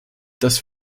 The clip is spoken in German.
dass